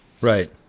Right